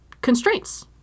Constraints